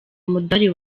umudali